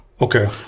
Okay